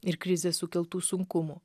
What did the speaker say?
ir krizės sukeltų sunkumų